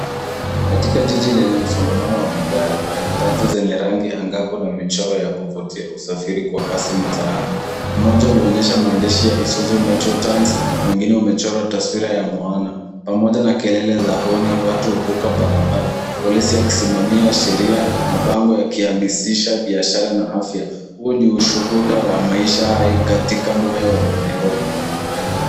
Katika jiji lenye msongamano wa magari matatu zenye rangi angavu na michoro ya kuvutia usafiri kwa kasi mitaani. Moja huonyesha maandishi ya Isuzu Metro Trans, mwingine umechorwa taswira ya Moana pamoja na kelele za honi watu huvuka barabara polisi akisimamia sheria, mabango yakihamasisha biashara na afya. Huo ni ushuhuda wa maisha hai katika moyo wa Nairobi.